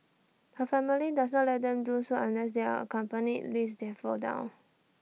her family does not let them do so unless they are accompanied lest they fall down